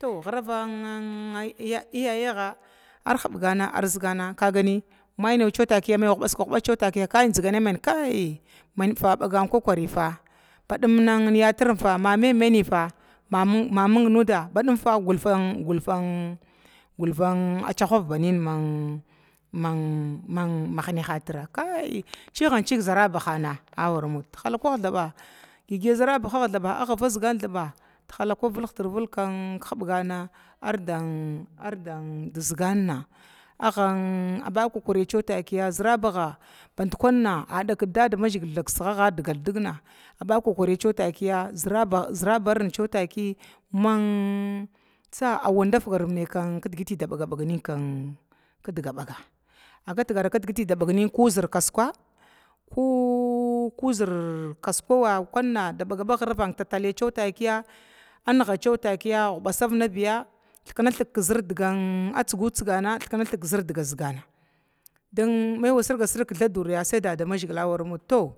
To giravan ann iyayaga ar hubgana ar zəgana kagani mai wata kiya cewa takiya hubaska hubask takiya kai zigana main cewa takiya mainfa bagan kokari fa, badim yatirinfa ma mai mainan fa ma ming nuda ba dinufa gulfang fulfang cihav banina man mani hinahatira, kai ciganciga zarabaha a waramulda tihalakuh thba gigiya zarabahag thaba agga vazgan thaba tinala aggan vigtir vilga ki hubgana ardan ardan ziganna, aggan agga ba kakarin cewa takiya zəraba ha bandkunna a dahkul dadamzgila thag kigne agga digal digna agga ba kakari cewa takiya cewa takiya zərabarha tsa awadda figarim digitin da bagaba nina kida bagga aggatgar ko digitin da baga bag nin kin kih kidiga baga aggatr digin da baga ba nin ko mazir kasuka, ku zər kasuka ko kunna da bagaba giravan zər tataliya cewa takiya guba savna biya thikna thig zər digan tsigutsigana thikue thig zər diga zigana din mai wasirga sirg thaduri biya sai daadamzgila a wara muda, to